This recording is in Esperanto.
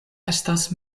estas